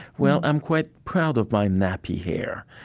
well, i'm quite proud of my nappy hair.